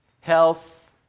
Health